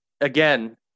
again